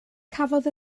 cafodd